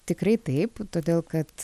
tikrai taip todėl kad